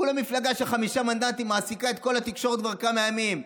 כולה מפלגה של חמישה מנדטים מעסיקה את כל התקשורת כבר כמה ימים.